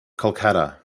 kolkata